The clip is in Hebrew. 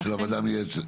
של הוועדה המייעצת?